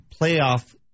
playoff